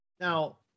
Now